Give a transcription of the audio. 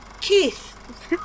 Keith